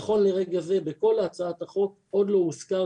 נכון לרגע זה בכל הצעת החוק עוד לא הוזכרה